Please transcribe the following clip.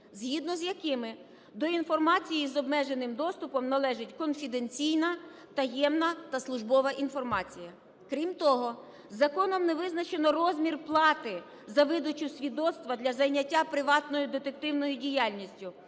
згідно з якими до інформації з обмеженим доступом належить конференційна, таємна та службова інформація. Крім того, законом не визначено розмір плати за видачу свідоцтва для зайняття приватною детективною діяльністю,